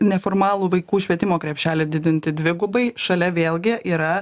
neformalų vaikų švietimo krepšelį didinti dvigubai šalia vėlgi yra